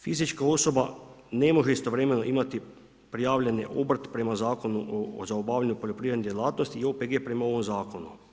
Fizička osoba ne može istovremeno imati prijavljen obrt prema Zakonu za obavljanje poljoprivrednih djelatnosti i OPG prema ovom zakonu.